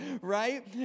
right